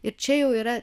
ir čia jau yra